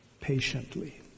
patiently